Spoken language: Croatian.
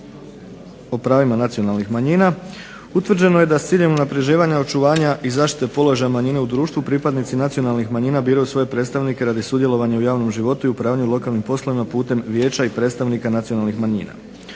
o pravima nacionalnih manjina utvrđeno je da s ciljem unapređivanja, očuvanja i zaštite položaja manjina u društvu pripadnici nacionalnih manjina biraju svoje predstavnike radi sudjelovanja u javnom životu i upravljanju lokalnim poslovima putem vijeća i predstavnika nacionalnih manjina.